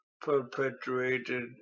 perpetuated